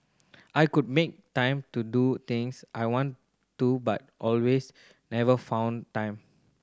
I could make time to do things I want to but always never found time